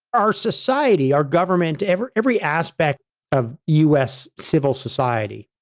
our society, our government, every every aspect of us civil society,